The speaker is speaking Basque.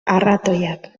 arratoiak